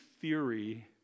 theory